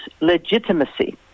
legitimacy